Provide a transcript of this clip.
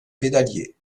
pédalier